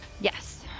Yes